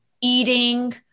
eating